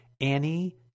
Annie